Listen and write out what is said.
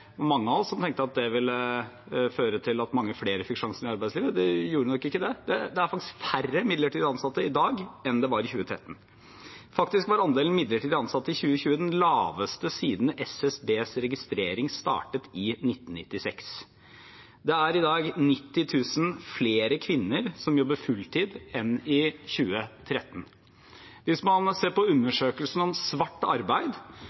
føre til at mange flere fikk sjansen i arbeidslivet. De gjorde nok ikke det. Det er faktisk færre midlertidig ansatte i dag enn det var i 2013. Faktisk var andelen midlertidig ansatte i 2020 den laveste siden SSBs registrering startet i 1996. Det er i dag 90 000 flere kvinner som jobber fulltid, enn i 2013. Hvis man ser på undersøkelsen om svart arbeid, ser man at det er flere som frykter at de blir oppdaget. Aksepten for svart arbeid